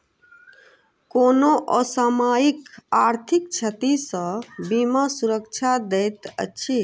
कोनो असामयिक आर्थिक क्षति सॅ बीमा सुरक्षा दैत अछि